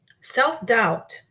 Self-doubt